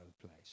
place